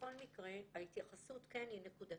בכל מקרה, ההתייחסות כן היא נקודתית,